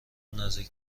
نزدیک